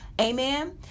Amen